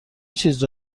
چیزی